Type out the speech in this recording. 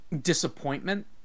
disappointment